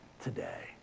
today